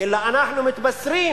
אלא אנחנו מתבשרים